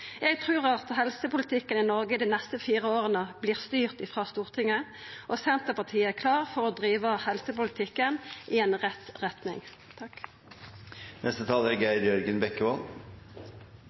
Eg trur at helsepolitikken i Noreg dei neste fire åra vert styrt frå Stortinget, og Senterpartiet er klare for å driva helsepolitikken i rett retning. Jeg er